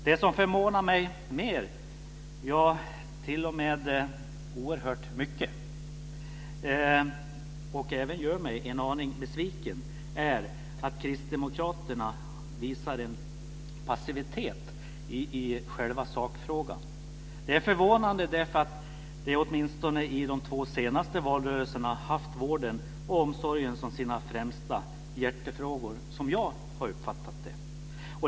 Det som förvånar mig mer, t.o.m. oerhört mycket, och även gör mig en aning besviken är att Kristdemokraterna visar en sådan passivitet i själva sakfrågan. Det är förvånande eftersom de i åtminstone de två senaste valrörelserna har haft vården och omsorgen som sina främsta hjärtefrågor. Så har i alla fall jag uppfattat det.